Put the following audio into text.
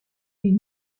une